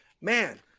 man